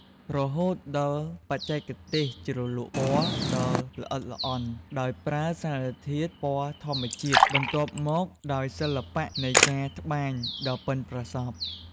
រហូតដល់បច្ចេកទេសជ្រលក់ពណ៌ដ៏ល្អិតល្អន់ដោយប្រើសារធាតុពណ៌ធម្មជាតិ បន្ទាប់មកដោយសិល្បៈនៃការត្បាញដ៏ប៉ិនប្រសប់។